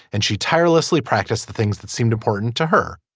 and she tirelessly practice the things that seemed important to her.